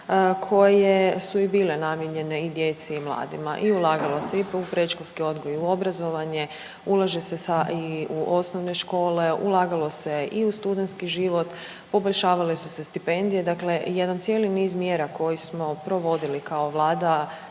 koje su i bile namijenjene i djeci i mladima i ulagalo se i u predškolski odgoj i u obrazovanje, ulaže se sa i u osnovne škole, ulagalo se i u studentski život, poboljšavale su se stipendije. Dakle, jedan cijeli niz mjera koje smo provodili kao Vlada